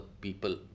people